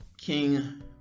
King